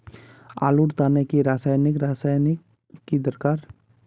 आलूर तने की रासायनिक रासायनिक की दरकार?